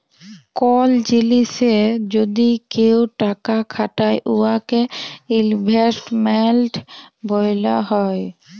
call জিলিসে যদি কেউ টাকা খাটায় উয়াকে ইলভেস্টমেল্ট ব্যলা হ্যয়